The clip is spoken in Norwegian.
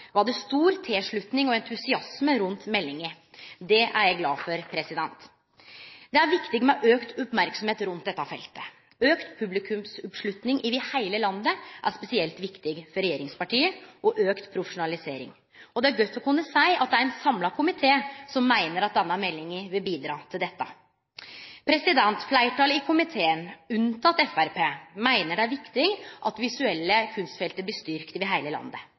var det stor tilslutning og entusiasme rundt meldinga. Det er eg glad for. Det er viktig med auka merksemd rundt dette feltet. Auka publikumsoppslutning over heile landet er spesielt viktig for regjeringspartia, i tillegg til auka profesjonalisering. Det er godt å kunne seie at det er ein samla komité som meiner at denne meldinga vil bidra til dette. Fleirtalet i komiteen, om ein ser bort frå Framstegspartiet, meiner det er viktig at det visuelle kunstfeltet blir styrkt over heile landet.